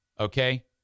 Okay